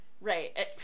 Right